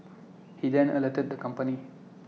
he then alerted the company